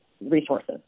resources